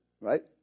Right